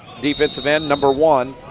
defensive end number one,